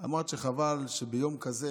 שחבל שביום כזה